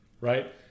right